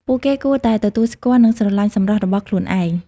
ពួកគេគួរតែទទួលស្គាល់និងស្រឡាញ់សម្រស់របស់ខ្លួនឯង។